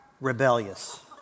rebellious